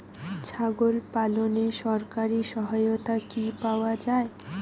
ছাগল পালনে সরকারি সহায়তা কি পাওয়া যায়?